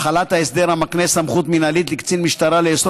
החלת ההסדר המקנה סמכות מינהלית לקצין משטרה לאסור